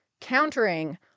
countering